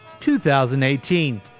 2018